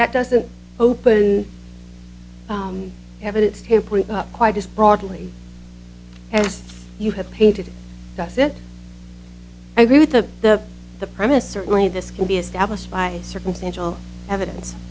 that doesn't open evidence tampering up quite as broadly yes you have painted that's it i agree with the the the premise certainly this can be established by circumstantial evidence